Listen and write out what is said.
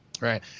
right